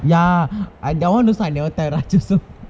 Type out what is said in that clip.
ya that [one] I also never tell ratchasam